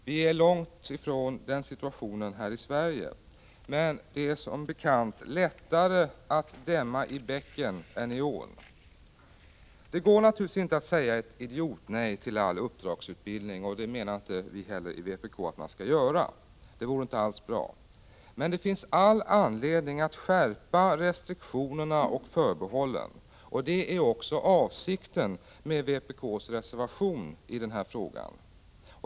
Vi är långt ifrån den situationen här i Sverige, men det är som bekant lättare att stämma i bäcken än i ån. Det går naturligtvis inte att säga ett idiotnej till all uppdragsutbildning, och det menar vi i vpk inte att man skall göra. Det vore inte heller bra. Men det finns all anledning att skärpa restriktioner och förbehåll, och det är också avsikten med vpk:s reservation i den här frågan.